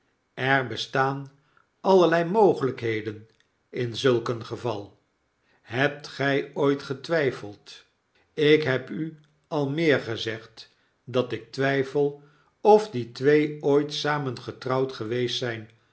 bejaardelui erbestaan allerlei mogelijkheden in zulk een geval hebt gij ooit getwijfeld p ik heb u al meer gezegd dat ik twijfel of die twee ooit samen getrouwd geweest zijn